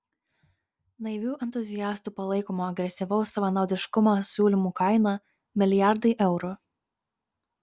naivių entuziastų palaikomo agresyvaus savanaudiškumo siūlymų kaina milijardai eurų